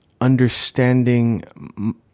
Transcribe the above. understanding